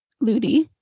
Ludi